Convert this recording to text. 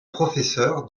professeur